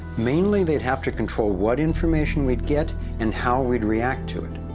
mainly, they'd have to control what information we get and how we should react to it.